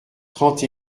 trente